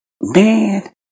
Man